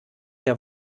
der